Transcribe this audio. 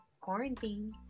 quarantine